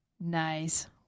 Nice